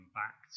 back